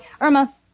Irma